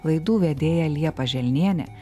laidų vedėja liepa želnienė